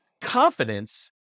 confidence